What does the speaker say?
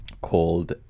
called